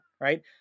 right